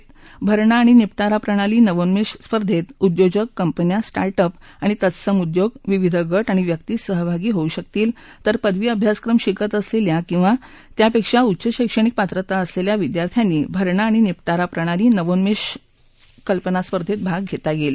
भरणा आणि निपटारा प्रणाली नवोन्मेष स्पर्धेत उद्योजक कंपन्या स्टार्टअप आणि तत्सम उद्योग विविध गट आणि व्यक्ती सहभागी होऊ शकतील तर पदवी अभ्यासक्रम शिकत असलेल्या किंवा त्यापेक्षा उच्च शैक्षणिक पात्रता असलेल्या विद्यर्थ्यांनी भरणा आणि निपटारा प्रणाली नवोन्मेषशाली कल्पना स्पर्धेत भाग घेता येईल